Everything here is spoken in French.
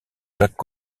jacques